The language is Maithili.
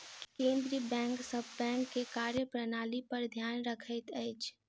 केंद्रीय बैंक सभ बैंक के कार्य प्रणाली पर ध्यान रखैत अछि